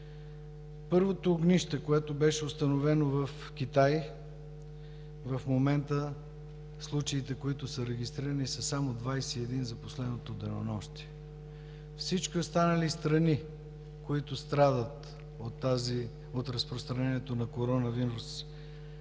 първото огнище, което беше установено в Китай, в момента случаите, които са регистрирани, са само 21 за последното денонощие. Всички останали страни, които страдат от разпространението на коронавирус